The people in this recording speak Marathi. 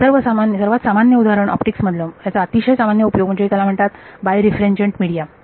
आणि सर्वात सामान्य उदाहरण ऑप्टिक्स मधील याचा अतिशय सामान्य उपयोग म्हणजे ज्याला म्हणतात बाय रिफ्रेनजेन्ट मीडिया